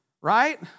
right